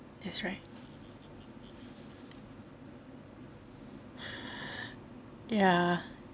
that's right ya